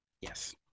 yes